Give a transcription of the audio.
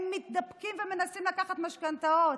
הם מתדפקים ומנסים לקחת משכנתאות,